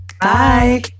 Bye